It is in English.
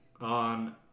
on